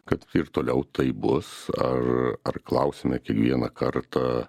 kad ir toliau taip bus ar ar klausime kiekvieną kartą